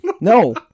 no